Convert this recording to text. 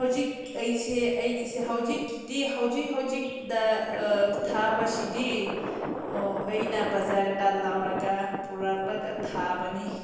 ꯍꯧꯖꯤꯛ ꯑꯩꯁꯦ ꯑꯩꯒꯤꯁꯦ ꯍꯧꯖꯤꯛꯀꯤꯗꯤ ꯍꯧꯖꯤꯛ ꯍꯧꯖꯤꯛꯗ ꯊꯥꯕꯁꯤꯗꯤ ꯑꯩꯅ ꯕꯖꯥꯔꯗ ꯂꯧꯔꯒ ꯄꯨꯔꯛꯂꯒ ꯊꯥꯕꯅꯤ